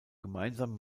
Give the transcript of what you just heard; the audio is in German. gemeinsam